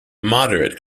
moderate